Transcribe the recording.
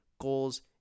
goals